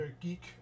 geek